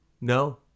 No